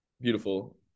Beautiful